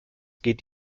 geht